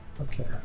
okay